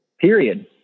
period